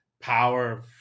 Power